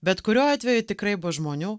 bet kuriuo atveju tikrai bus žmonių